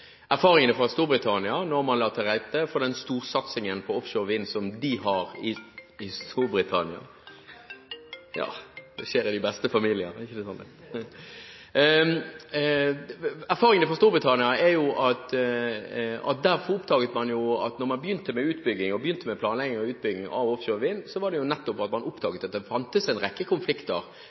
Erfaringene fra Storbritannia, da man la til rette for den storsatsingen på offshore vind som de har, er at da man begynte med planlegging og utbygging av offshore vind, oppdaget man at det fantes konflikter på en rekke